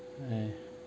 ah